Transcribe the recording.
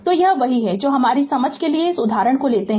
तो यह वही है जो हमारी समझ के लिए इस उदाहरण को लेते हैं